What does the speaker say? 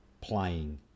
playing